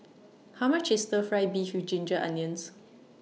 How much IS Stir Fry Beef with Ginger Onions